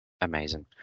Amazing